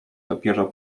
dopiero